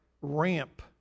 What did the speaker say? ramp